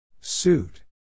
Suit